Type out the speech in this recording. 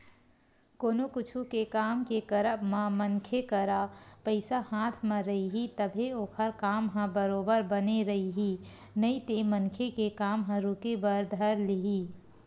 कोनो कुछु के काम के करब म मनखे करा पइसा हाथ म रइही तभे ओखर काम ह बरोबर बने रइही नइते मनखे के काम ह रुके बर धर लिही